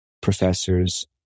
professors